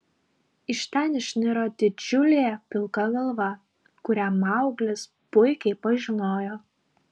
iš ten išniro didžiulė pilka galva kurią mauglis puikiai pažinojo